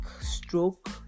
stroke